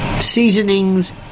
seasonings